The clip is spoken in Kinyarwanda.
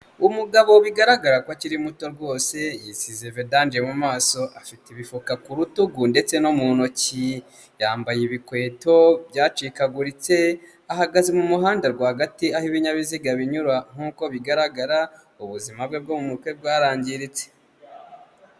Umugabo bigaragara ko akiri muto rwose, yisize vedanje mu maso, afite ibifuka ku rutugu ndetse no mu ntoki, yambaye ibikweto byacikaguritse ahagaze mu muhanda rwagati aho ibinyabiziga binyura nk'uko bigaragara ubuzima bwe bwo mu mutwe bwarangiritse.